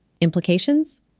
Implications